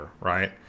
right